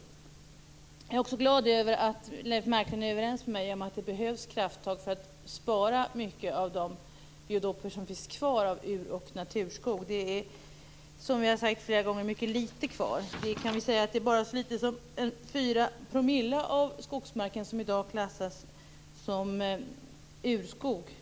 Jag är också glad över att Leif Marklund är överens med mig om att det behövs krafttag för att spara mycket av de biotoper som finns kvar av ur och naturskog. Det finns, som jag har sagt flera gånger, mycket litet kvar. Man kan säga att så litet som 4 % av skogsmarken i dag klassas som urskog.